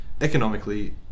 economically